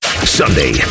Sunday